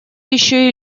еще